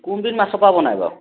কোনবিধ মাছৰ পৰা বনাই বাৰু